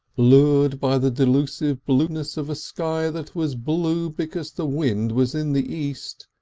lured by the delusive blueness of a sky that was blue because the wind was in the east,